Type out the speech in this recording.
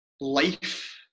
life